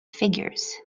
figures